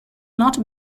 not